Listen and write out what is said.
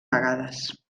vegades